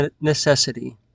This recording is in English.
necessity